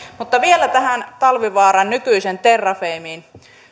vielä tähän talvivaaraan nykyiseen terrafameen